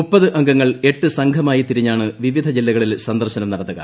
മുപ്പത് അംഗങ്ങൾ എട്ട് സംഘമായി തിരിഞ്ഞാണ് വിവിധ ജില്ലകളിൽ സന്ദർശനം നടത്തുക